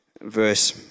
verse